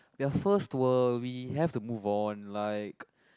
we are first world we have to move on like